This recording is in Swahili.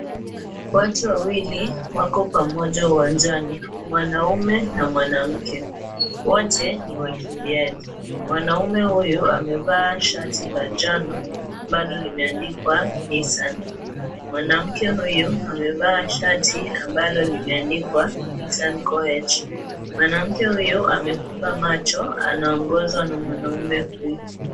Watu wawili wako pamoja uwanjani mwanamume na mwanamke. Wote ni wakimbiaji. Mwanamume huyu amevaa shati njano ambalo limeandikwa "Nissan". Mwanamke huyu amevaa shati ambalo limeandikwa "Nissan Koech". Mwanamke huyu amefunga macho anaongozwa na mwanamume huyu.